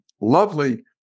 lovely